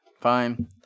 Fine